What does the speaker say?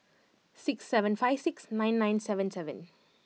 six seven five six nine nine seven seven